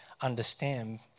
understand